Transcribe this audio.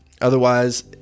Otherwise